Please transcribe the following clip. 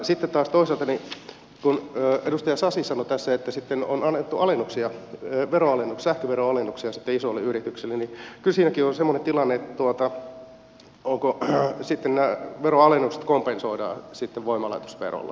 sitten taas toisaalta kun edustaja sasi sanoi tässä että sitten on annettu sähköveron alennuksia isoille yrityksille kyllä siinäkin on semmoinen tilanne että sitten nämä veronalennukset kompensoidaan voimalaitosverolla